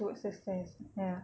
towards the stairs ya